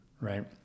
right